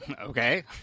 Okay